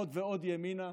עוד ועוד ימינה,